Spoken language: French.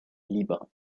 libre